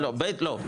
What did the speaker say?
לא,